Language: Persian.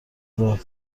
داد